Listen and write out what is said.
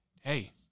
hey